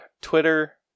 twitter